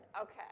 Okay